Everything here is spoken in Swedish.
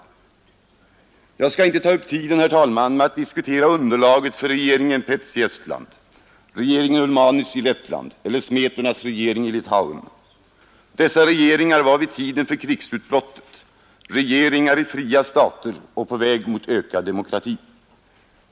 Jag skall inte ta upp tiden med att diskutera underlaget för regeringen Päts i Estland, regeringen Ulmanis i Lettland eller Smetonas regering i Litauen — dessa regeringar var vid tiden för krigsutbrottet regeringar i fria stater och på väg mot ökad demokrati.